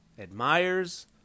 admires